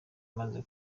maze